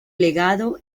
legado